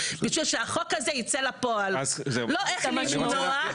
כדי שהחוק הזה ייצא לפועל; לא איך למנוע.